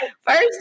first